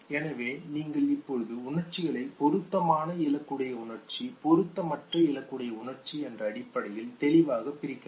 எனவே நீங்கள் இப்போது உணர்ச்சிகளை பொருத்தமான இலக்குடைய உணர்ச்சி பொருத்தமற்ற இலக்குடைய உணர்ச்சி என்ற அடிப்படையில் தெளிவாகப் பிரிக்கலாம்